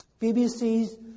BBC's